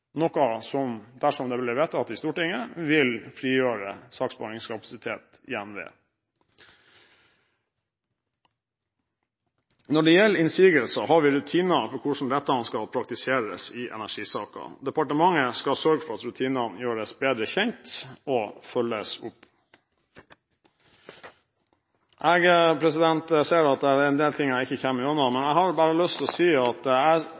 noe som – dersom det blir vedtatt i Stortinget – vil frigjøre saksbehandlingskapasitet i NVE. Når det gjelder innsigelser, har vi rutiner for hvordan dette skal praktiseres i energisaker. Departementet skal sørge for at rutinene gjøres bedre kjent, og at de følges opp. Jeg ser at det er en del ting jeg ikke kommer gjennom. Men jeg har lyst til å si at jeg